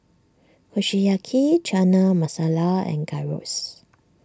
Kushiyaki Chana Masala and Gyros